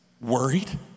worried